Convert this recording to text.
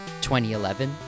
2011